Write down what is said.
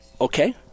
okay